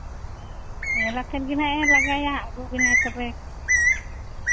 ᱧᱮᱞᱟᱠᱟᱫ ᱜᱮ ᱱᱟᱦᱟᱜᱼᱮ ᱞᱟᱜᱟᱭᱟ ᱟ ᱜᱩ ᱵᱮᱱᱟᱭ ᱛᱚᱵᱮ